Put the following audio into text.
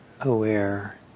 aware